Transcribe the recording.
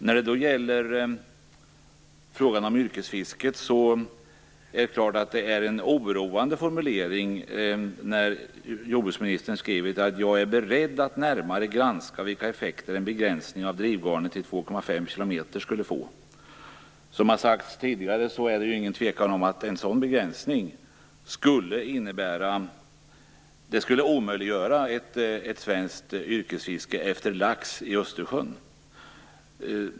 När det gäller frågan om yrkesfisket är det oroande när jordbruksministern skriver: "- jag är beredd att närmare granska vilka effekter en begränsning av drivgarnen till 2,5 kilometer i Östersjön skulle få." Som tidigare sagts är det ingen tvekan om att en sådan begränsning skulle omöjliggöra ett svenskt yrkesfiske efter lax i Östersjön.